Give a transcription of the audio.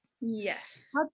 yes